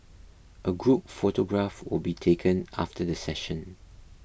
a group photograph will be taken after the session